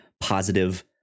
positive